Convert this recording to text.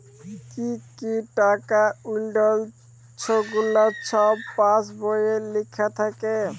কি কি টাকা উইঠল ছেগুলা ছব পাস্ বইলে লিখ্যা থ্যাকে